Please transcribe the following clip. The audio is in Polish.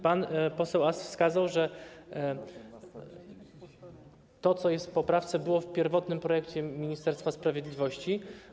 Pan poseł Ast wskazał, że to, co jest w poprawce, znajdowało się w pierwotnym projekcie Ministerstwa Sprawiedliwości.